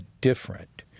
different